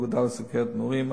האגודה לסוכרת נעורים,